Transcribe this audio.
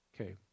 Okay